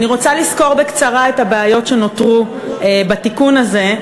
אני רוצה לסקור בקצרה את הבעיות שנותרו בתיקון הזה,